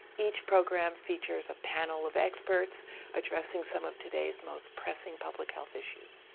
each program features a panel of experts addressing some of today's most pressing public health issues.